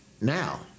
now